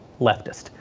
leftist